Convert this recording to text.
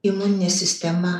imuninė sistema